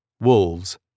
wolves